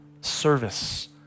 service